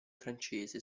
francese